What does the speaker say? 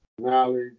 Knowledge